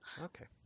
Okay